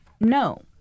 No